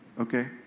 Okay